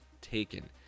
taken